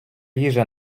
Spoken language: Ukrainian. їжа